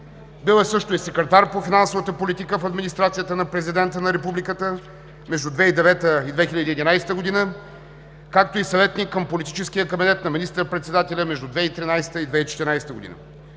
Бил е също и секретар по финансовата политика в администрацията на президента на Републиката между 2009 и 2011 г., както и съветник към Политическия кабинет на министър-председателя между 2013 и 2014 г.